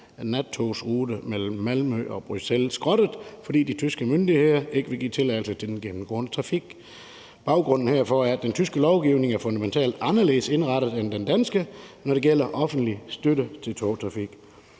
nattogsrute mellem Malmø og Bruxelles skrottet, fordi de tyske myndigheder ikke ville give tilladelse til den gennemgående trafik. Baggrunden herfor er, at den tyske lovgivning er fundamentalt anderledes indrettet end den danske, når det gælder offentlig støtte til togtrafik.